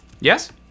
Yes